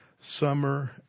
summer